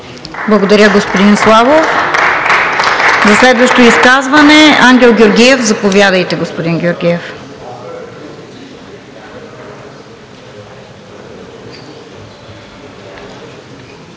Благодаря, господин Славов. За следващо изказване? Заповядайте, господин Георгиев.